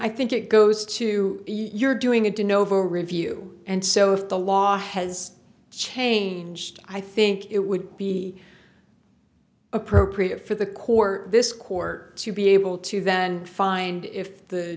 i think it goes to your doing it to novo review and so if the law has changed i think it would be appropriate for the court this court to be able to then find if the